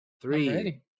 Three